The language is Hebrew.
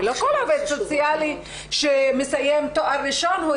ולא כל עובד סוציאלי שמסיים תואר ראשון יכול